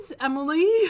Emily